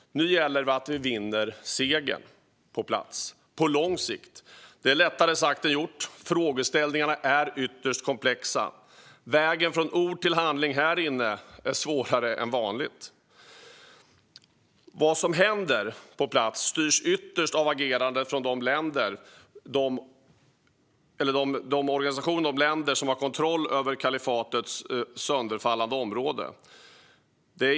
Nu gäller det att vi vinner på plats, på lång sikt. Det är lättare sagt än gjort. Frågeställningarna är ytterst komplexa. Och vägen från ord till handling här inne i kammaren är svårare än vanligt. Vad som händer på plats styrs ytterst av hur man agerar i de organisationer och länder som har kontroll över kalifatets sönderfallande område.